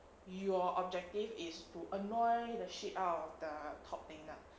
your objective is to annoy the shit out of the top thing lah